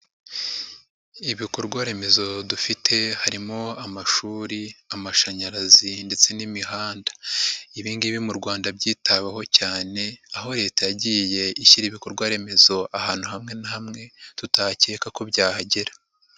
Ibikorwa remezo dufite harimo amashuri, amashanyarazi ndetse n'imihanda. Ibi ngibi mu Rwanda byitaweho cyane, aho Leta yagiye ishyira ibikorwa remezo ahantu hamwe na hamwe tutakeka ko byahagera.